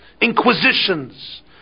inquisitions